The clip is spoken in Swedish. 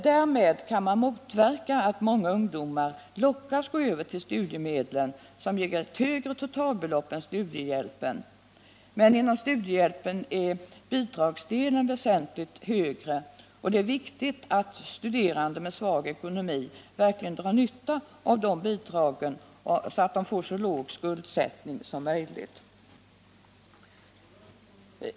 Därmed kan man motverka att många ungdomar lockas att gå över till studiemedelssystemet, som ger ett högre totalbelopp än studiehjälpen. Inom studiehjälpssystemet är dock bidragsdelen väsentligt högre, och det är viktigt att studerande med svag ekonomi verkligen drar nytta av dessa bidrag, så att de får så låg skuldsättning som möjligt.